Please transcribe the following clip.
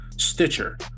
Stitcher